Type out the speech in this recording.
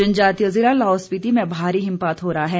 जनजातीय जिला लाहौल स्पीति में भारी हिमपात हो रहा है